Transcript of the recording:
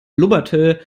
blubberte